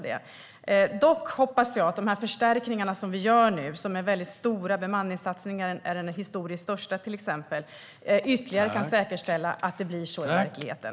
Dock hoppas jag att de förstärkningar som nu görs - bemanningssatsningen är den historiskt största - ytterligare kan säkerställa att det blir så i verkligheten.